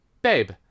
Babe